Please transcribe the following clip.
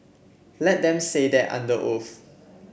let them say that under oath